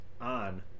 on